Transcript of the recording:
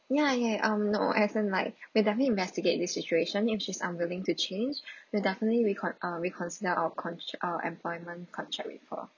ya ya um no as in like we definitely investigate this situation if she's unwilling to change we definitely recon~ uh reconsider our cont~ uh employment contract with her